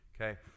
okay